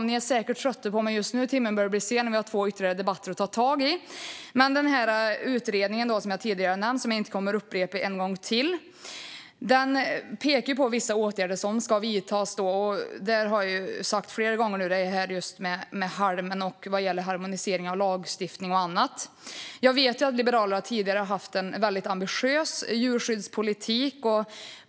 Ni är säkert trötta på mig nu, timmen börjar bli sen och vi har ytterligare två debatter att ta tag i, men jag tänkte återkomma till den här utredningen som jag tidigare har nämnt och som jag inte kommer upprepa en gång till. Utredningen pekar på vissa åtgärder som ska vidtas - jag har flera gånger redan talat om halm och harmonisering av lagstiftning och annat. Jag vet att Liberalerna tidigare har haft en väldigt ambitiös djurskyddspolitik.